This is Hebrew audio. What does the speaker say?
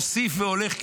מוסיף והולך,